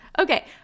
Okay